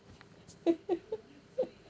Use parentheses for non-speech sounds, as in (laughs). (laughs)